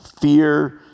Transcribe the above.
fear